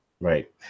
Right